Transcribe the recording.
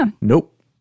Nope